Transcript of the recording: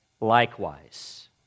likewise